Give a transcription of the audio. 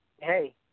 hey